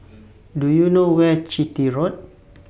Do YOU know Where Chitty Road